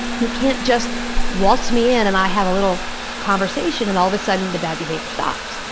you can't just waltz me in and i'll have a little conversation and all of a sudden, the bad behavior stops.